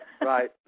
Right